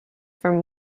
from